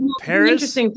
Paris